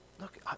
look